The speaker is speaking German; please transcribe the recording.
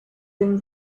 dem